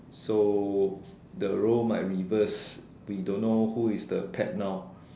so the role might reverse we don't know who is the pet now